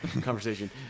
conversation